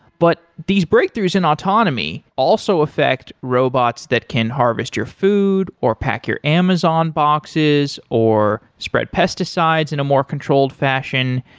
but these breakthroughs in autonomy also affect robots that can harvest your food, or pack your amazon boxes, or spread pesticides in a more controlled fashion.